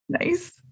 Nice